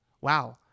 Wow